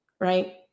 Right